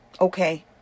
Okay